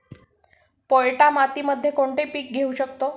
पोयटा मातीमध्ये कोणते पीक घेऊ शकतो?